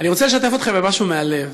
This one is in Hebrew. אני רוצה לשתף אתכם במשהו מהלב.